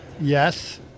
Yes